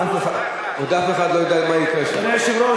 אדוני היושב-ראש,